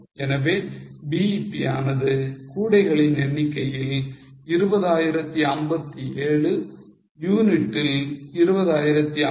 எனவே BEP ஆனது கூடைகளின் எண்ணிக்கையில் 20057 யூனிட்டில் 20057 பெருக்கல் 4